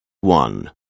One